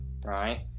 Right